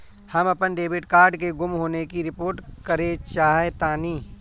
हम अपन debit card के गुम होने की रिपोर्ट करे चाहतानी